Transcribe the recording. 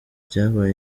ryabaye